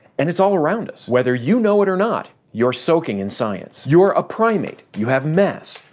and it's all around us! whether you know it or not, you're soaking in science. you're a primate. you have mass.